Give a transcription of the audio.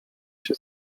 się